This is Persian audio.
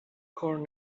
کار